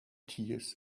tears